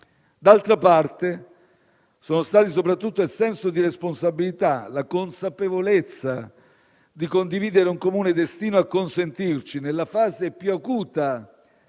D'altra parte, sono stati soprattutto il senso di responsabilità e la consapevolezza di condividere un comune destino a consentirci, nella fase più acuta,